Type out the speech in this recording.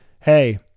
Hey